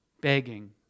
begging